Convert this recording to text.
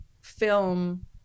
film